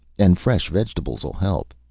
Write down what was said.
and fresh vegetables'll help.